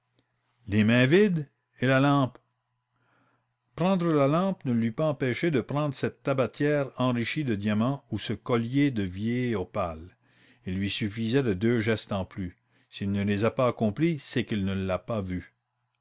les mains vides et la lampe prendre la lampe ne l'eût pas empêché de prendre cette tabatière enrichie de diamants ou ce collier de vieilles opales il lui suffisait de deux gestes en plus s'il ne les a pas accomplis c'est qu'il ne l'a pas pu